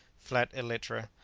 flat elytra,